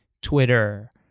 Twitter